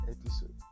episode